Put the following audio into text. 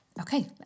Okay